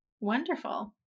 Wonderful